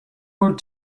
world